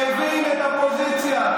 שיבין את הפוזיציה.